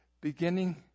beginning